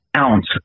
ounce